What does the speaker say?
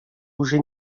уже